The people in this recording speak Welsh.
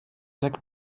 deg